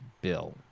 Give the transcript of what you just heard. Bill